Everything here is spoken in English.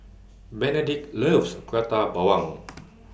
Benedict loves Prata Bawang